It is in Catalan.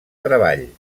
treball